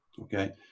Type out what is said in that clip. okay